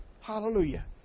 Hallelujah